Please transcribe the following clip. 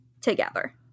together